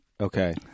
Okay